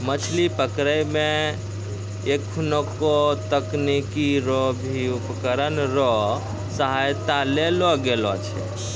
मछली पकड़ै मे एखुनको तकनीकी रो भी उपकरण रो सहायता लेलो गेलो छै